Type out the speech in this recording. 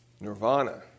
Nirvana